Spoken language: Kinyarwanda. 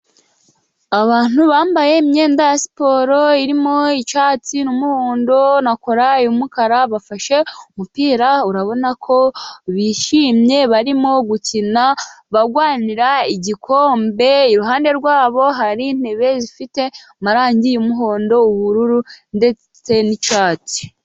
Abantu bambaye imyenda ya siporo irimo icyatsi n'umuhondo na kora y'umukara, bafashe umupira urabona ko bishimye barimo gukina barwanira igikombe, iruhande rwabo hari intebe zifite amarangi y'umuhondo, ubururu ndetse n'icyatsi.